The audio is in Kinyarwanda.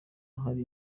hari